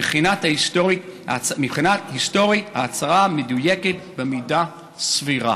"מבחינה היסטורית, ההצהרה מדויקת במידה סבירה".